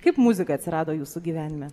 kaip muzika atsirado jūsų gyvenime